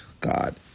God